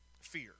fear